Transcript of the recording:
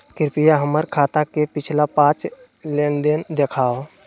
कृपया हमर खाता के पिछला पांच लेनदेन देखाहो